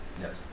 Yes